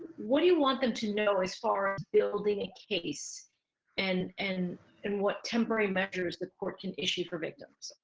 what do you want them to know as far as building a case and and and what temporary measures the court can issue for victims?